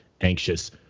anxious